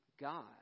God